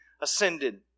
ascended